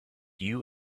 you